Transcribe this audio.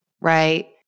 Right